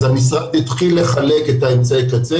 המשרד התחיל לחלק את אמצעי הקצה,